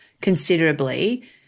considerably